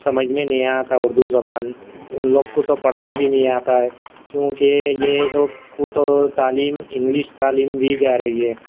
سمجھ میں نہیں آتا اردو زبان ان لوگ کو تو پڑھنے بھی نہیں آتا ہے کیونکہ یہ لوگ کو تو تعلیم انگلش تعلیم دی جا رہی ہے